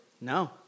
No